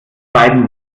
beiden